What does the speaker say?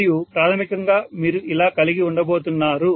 మరియు ప్రాథమికంగా మీరు ఇలా కలిగి ఉండబోతున్నారు